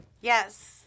Yes